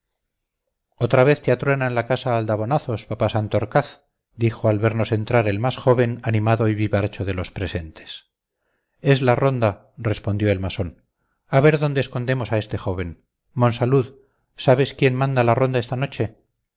otra vez te atruenan la casa a aldabonazos papá santorcaz dijo al vernos entrar el más joven animado y vivaracho de los presentes es la ronda respondió el masón a ver dónde escondemos a este joven monsalud sabes quién manda la ronda esta noche